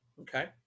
Okay